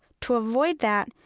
to avoid that,